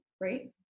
right